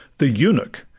the eunuch,